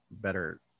better